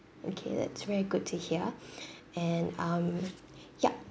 okay that's very good to hear and um ya